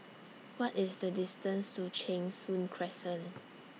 What IS The distance to Cheng Soon Crescent